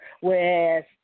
whereas